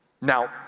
Now